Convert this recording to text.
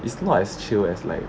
it's not as chill as like